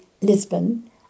Lisbon